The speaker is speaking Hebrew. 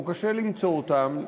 או שקשה למצוא אותם,